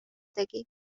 tegi